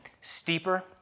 steeper